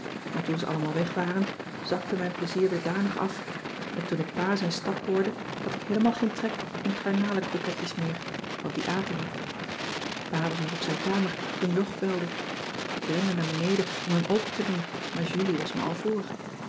maar toen ze allemaal weg waren zakte mijn plezier weer danig af en toen ik pa z'n stap hoorde cissy van marxveldt de h b s tijd van joop ter heul had ik heelemaal geen trek in garnalencroquetjes meer want die aten we pa was nog op zijn kamer toen jog belde ik rende naar beneden om hem open te doen maar julie was me al voor